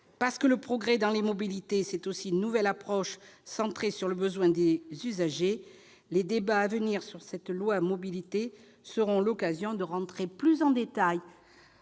Parce que le progrès dans les mobilités, c'est aussi une nouvelle approche centrée sur les besoins des usagers, les débats à venir sur le projet de loi Mobilités seront l'occasion d'entrer plus dans